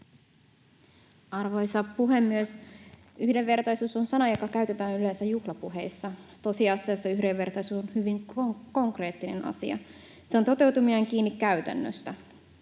Arvoisa puhemies! Yhdenvertaisuus on sana, jota käytetään yleensä juhlapuheissa. Tosiasiassa yhdenvertaisuus on hyvin konkreettinen asia. Sen toteutuminen on kiinni käytännöstä.